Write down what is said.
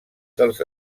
dels